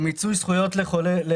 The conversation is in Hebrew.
פרויקט נוסף הוא מיצוי זכויות לדמנטיים.